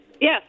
Yes